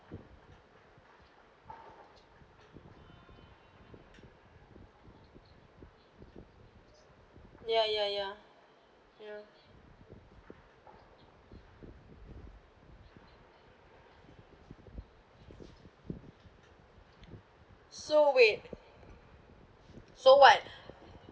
ya ya ya ya so wait so what